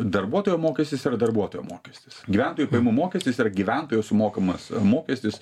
darbuotojo mokestis yra darbuotojo mokestis gyventojų pajamų mokestis yra gyventojo sumokamas mokestis